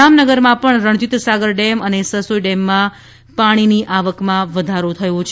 જામનગરમાં રણજીત સાગર ડેમ સસોઇ ડેમમાં પણ પાણીની આવકમાં વધારો થયો છે